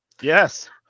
Yes